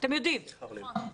יודעת